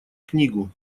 книгу